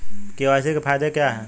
KYC के फायदे क्या है?